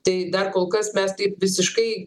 tai dar kol kas mes taip visiškai